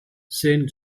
saint